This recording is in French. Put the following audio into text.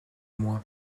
moi